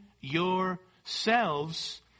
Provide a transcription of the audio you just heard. yourselves